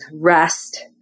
rest